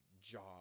job